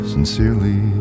Sincerely